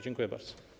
Dziękuję bardzo.